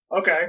Okay